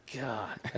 God